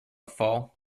fall